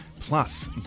Plus